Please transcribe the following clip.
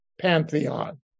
pantheon